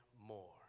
more